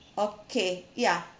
okay ya